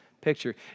picture